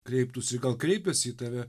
kreiptųsi gal kreipėsi į tave